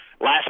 last